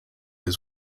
his